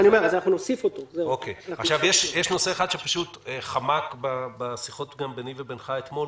יש נושא אחד שחמק בשיחות ביני ובינך, גור,